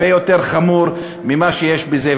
הרבה יותר חמור ממה שיש בזה.